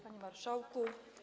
Panie Marszałku!